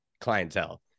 clientele